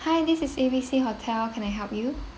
hi this is A B C hotel how can I help you